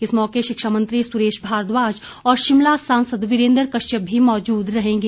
इस मौके शिक्षा मंत्री सुरेश भारद्वाज और शिमला सांसद वीरेंद्र कश्यप भी मौजूद रहेंगे